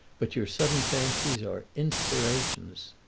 but your sudden fancies are inspirations.